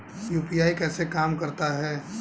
UPI कैसे काम करता है?